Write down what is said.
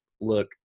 look